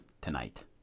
tonight